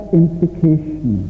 implication